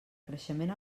creixement